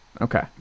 Okay